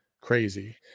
crazy